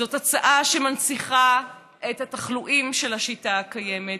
זאת הצעה שמנציחה את התחלואים של השיטה הקיימת,